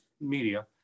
media